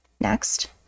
Next